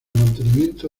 mantenimiento